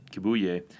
Kibuye